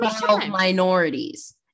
minorities